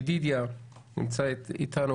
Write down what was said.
ידידיה נמצא אתנו.